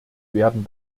werden